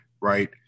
right